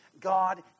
God